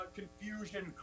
confusion